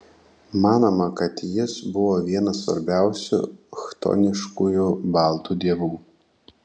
manoma kad jis buvo vienas svarbiausių chtoniškųjų baltų dievų